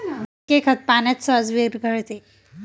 NPK खत पाण्यात सहज विरघळते